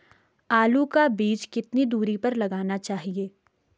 आलू का बीज कितनी दूरी पर लगाना चाहिए?